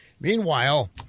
Meanwhile